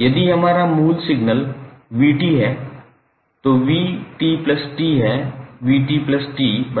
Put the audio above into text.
यदि हमारा मूल सिग्नल 𝑣 𝑡 है तो 𝑣𝑡𝑇 है 𝑣𝑡𝑇𝑉𝑚sin𝜔𝑡𝑇